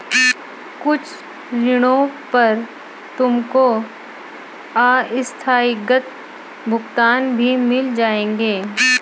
कुछ ऋणों पर तुमको आस्थगित भुगतान भी मिल जाएंगे